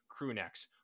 crewnecks